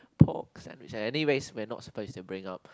pork sandwich I I think race we're not supposed to bring up